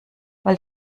weil